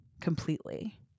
completely